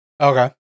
Okay